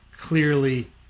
Clearly